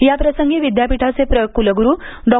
याप्रसंगी विद्यापीठाचे प्र कुलगुरू डॉ